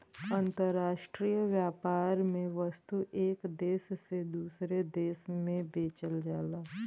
अंतराष्ट्रीय व्यापार में वस्तु एक देश से दूसरे देश में बेचल जाला